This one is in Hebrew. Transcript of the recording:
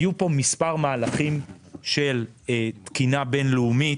היו פה מספר מהלכים של תקינה בין-לאומית,